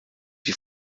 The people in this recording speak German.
wie